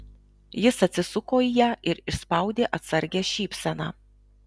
jis atsisuko į ją ir išspaudė atsargią šypseną